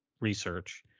research